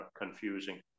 confusing